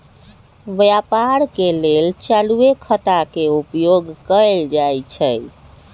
व्यापार के लेल चालूये खता के उपयोग कएल जाइ छइ